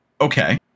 Okay